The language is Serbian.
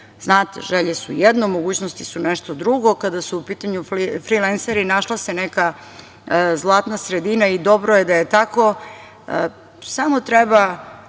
Znate, želje su jedno, a mogućnosti su nešto drugo. Kada su u pitanju frilenseri našla se neka zlatna sredina i dobro je da je tako. Samo treba